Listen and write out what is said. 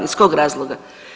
Iz kog razloga?